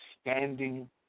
standing